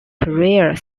career